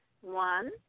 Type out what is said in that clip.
one